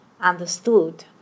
understood